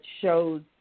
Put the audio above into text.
shows